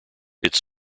its